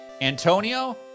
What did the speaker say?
Antonio